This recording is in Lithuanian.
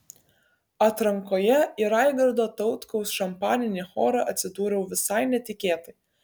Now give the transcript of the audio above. atrankoje į raigardo tautkaus šampaninį chorą atsidūriau visai netikėtai